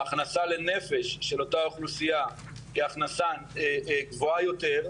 ההכנסה לנפש של אותה אוכלוסייה כהכנסה גבוהה יותר.